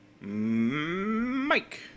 Mike